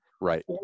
right